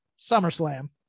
SummerSlam